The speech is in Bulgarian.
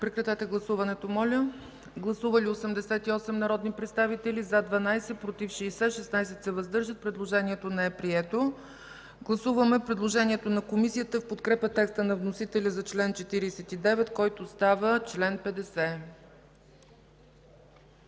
Комисията не го подкрепя. Гласували 88 народни представители: за 12, против 60, въздържали се 16. Предложението не е прието. Гласуваме предложението на Комисията в подкрепа текста на вносителя за чл. 49, който става чл. 50.